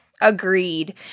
agreed